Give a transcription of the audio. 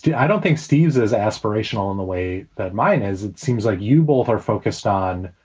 yeah i don't think steve's as aspirational in the way that mine is. it seems like you both are focused on